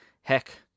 Heck